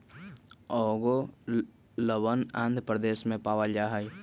ओंगोलवन आंध्र प्रदेश में पावल जाहई